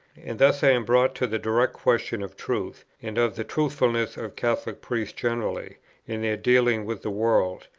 and thus i am brought to the direct question of truth, and of the truthfulness of catholic priests generally in their dealings with the world,